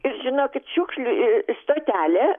ir žinokit šiukšlių i stotelė